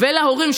ולהורים,